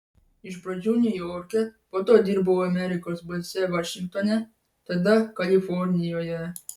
iš pradžių niujorke po to dirbau amerikos balse vašingtone tada kalifornijoje